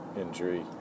injury